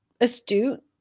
astute